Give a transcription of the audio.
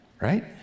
Right